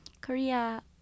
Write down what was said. Korea